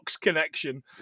connection